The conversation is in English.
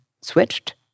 switched